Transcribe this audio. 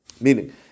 Meaning